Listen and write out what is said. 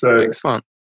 Excellent